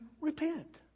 repent